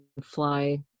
fly